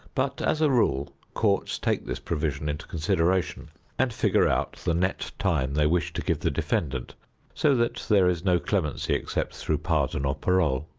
but as a rule courts take this provision into consideration and figure out the net time they wish to give the defendant so that there is no clemency except through pardon or parole.